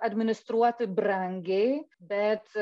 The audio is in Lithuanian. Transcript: administruoti brangiai bet